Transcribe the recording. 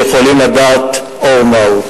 יכולים לדעת אור מהו.